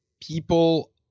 people